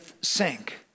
sink